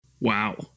wow